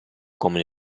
come